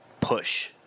push